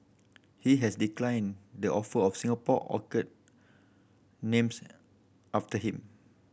he has declined the offer of Singapore orchid names after him